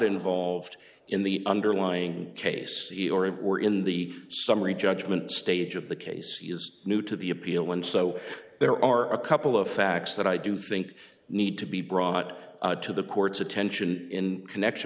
involved in the underlying case or in the summary judgment stage of the case he is new to the appeal and so there are a couple of facts that i do think need to be brought to the court's attention in connection